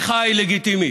מחאה היא לגיטימית.